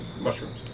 mushrooms